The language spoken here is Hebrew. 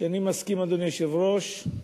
שאני מסכים, אדוני היושב-ראש,